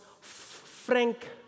Frank